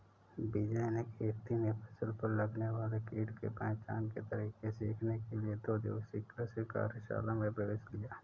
विजय ने खेती में फसल पर लगने वाले कीट के पहचान के तरीके सीखने के लिए दो दिवसीय कृषि कार्यशाला में प्रवेश लिया